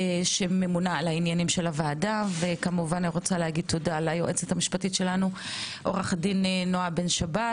שממונה על ענייני הוועדה וכמובן ליועצת המשפטית שלנו עו"ד נעה בן-שבת